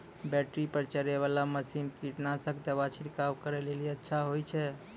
Battery पर चलै वाला मसीन कीटनासक दवा छिड़काव करै लेली अच्छा होय छै?